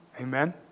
Amen